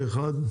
פה אחד.